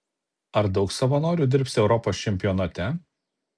ar daug savanorių dirbs europos čempionate